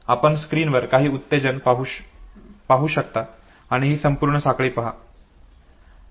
आपण स्क्रीनवर काही उत्तेजन पाहू शकता आणि ही संपूर्ण साखळी पहा